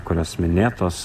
kurios minėtos